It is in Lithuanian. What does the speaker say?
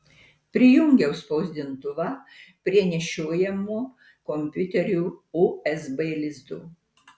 prijungiau spausdintuvą prie nešiojamo kompiuterio usb lizdo